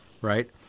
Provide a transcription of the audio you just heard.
right